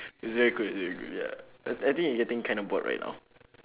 it's very good it's very good ya I I think we're getting kind of bored right now